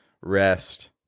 rest